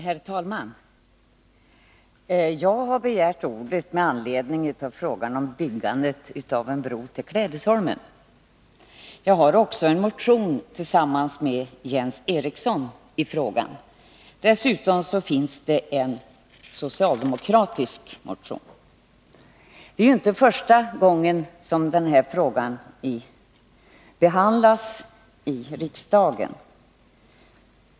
Herr talman! Jag har begärt ordet med anledning av frågan om byggandet av en bro till Klädesholmen. Jag har också en motion i frågan tillsammans med Jens Eriksson. Dessutom finns det en socialdemokratisk motion. Det är inte första gången som den här frågan behandlas i riksdagen.